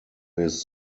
his